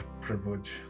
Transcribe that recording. privilege